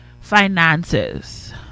Finances